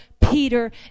Peter